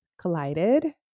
collided